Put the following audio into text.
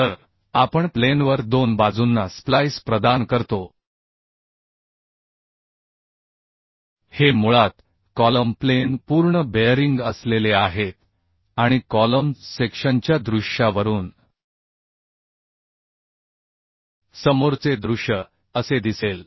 तर आपण प्लेनवर दोन बाजूंना स्प्लाइस प्रदान करतो हे मुळात कॉलम प्लेन पूर्ण बेअरिंग असलेले आहेत आणि कॉलम सेक्शनच्या दृश्यावरून समोरचे दृश्य असे दिसेल